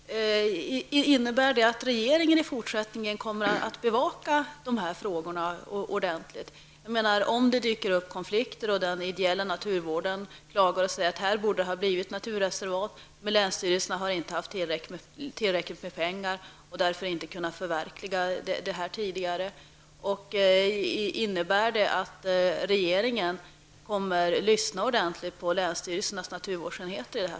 Herr talman! Innebär detta att regeringen i fortsättningen kommer att bevaka dessa frågor ordentligt? Om det dyker upp konflikter och den ideella naturvården klagar och säger att ett område borde ha blivit naturreservat, men länsstyrelserna har inte haft tillräckligt med pengar och därför inte kunnat förverkliga detta, innebär det då att regeringen kommer att lyssna ordentligt på i detta fall länsstyrelsernas naturvårdsenheter?